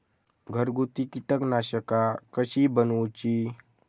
घरगुती कीटकनाशका कशी बनवूची?